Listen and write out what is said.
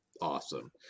awesome